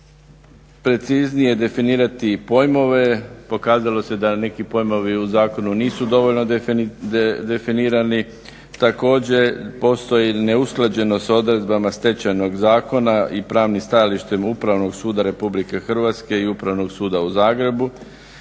preciznije definirati pojmove, pokazalo se da neki pojmovi u zakonu nisu dovoljno definirani. Također, postoji neusklađenost s odredbama Stečajnog zakona i pravnih stajalištem Upravnog suda RH i Upravnog suda u Zagrebu